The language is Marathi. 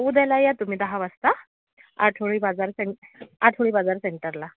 उद्याला या तुम्ही दहा वाजता आठवडी बाजार सें आठवडी बाजार सेंटरला